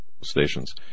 stations